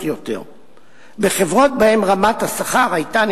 טיוטת הצעת החוק הופצה בשער בת רבים ולא שמענו